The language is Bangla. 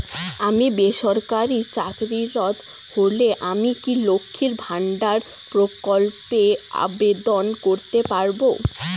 আমি বেসরকারি চাকরিরত হলে আমি কি লক্ষীর ভান্ডার প্রকল্পে আবেদন করতে পারব?